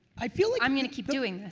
i feel like. i'm gonna keep doing this.